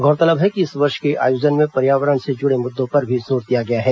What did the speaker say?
गौरतलब है कि इस वर्ष के आयोजन में पर्यावरण से जुड़े मुद्दों पर भी जोर दिया गया है